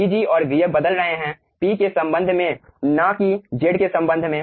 vg और vf बदल रहे है P के संबंध में न की z के संबंध में